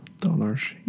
dollars